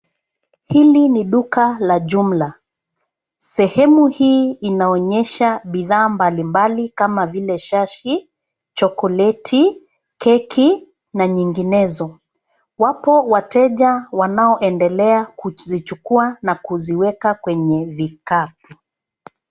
Hili ni duka la jumla. Sehemu hii inaonyesha bidhaa mbalimbali kama vile shashi, chocolate keki, na nyinginezo. Wapo wateja wanaoendelea kuzichukua na kuziweka kwenye vikapu.